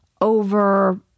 over